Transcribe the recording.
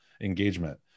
engagement